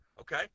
Okay